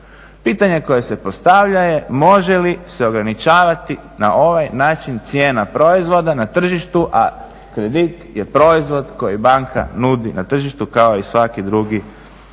Pitanje koje se postavlja je može li se ograničavati na ovaj način cijena proizvoda na tržištu, a kredit je proizvod koji banka nudi na tržištu kao i svaki drugi proizvod.